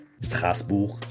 Strasbourg